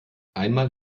einmal